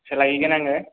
सोलायहैगोन आङो